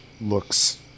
looks